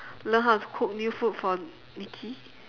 learn how to cook new food for nicky